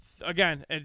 again